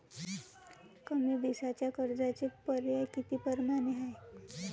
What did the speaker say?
कमी दिसाच्या कर्जाचे पर्याय किती परमाने हाय?